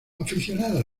aficionada